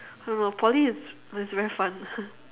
I don't know poly is was very fun